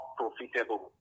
profitable